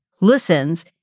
listens